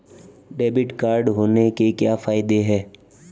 Debit card होने के क्या फायदे हैं?